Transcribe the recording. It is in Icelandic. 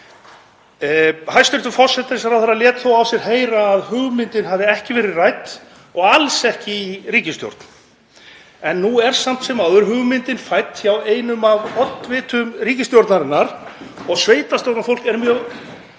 Hæstv. forsætisráðherra lét þó á sér heyra að hugmyndin hafi ekki verið rædd og alls ekki í ríkisstjórn. Nú er samt sem áður hugmyndin fædd hjá einum af oddvitum ríkisstjórnarinnar og sveitarstjórnarfólk er mjög